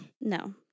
No